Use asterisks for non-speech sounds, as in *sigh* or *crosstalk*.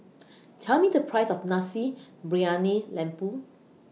*noise* Tell Me The Price of Nasi Briyani Lembu